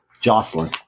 Jocelyn